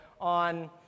on